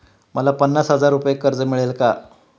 मला पन्नास हजार रुपये कर्ज मिळेल का?